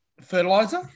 Fertilizer